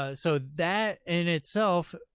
ah so that in itself,